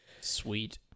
Sweet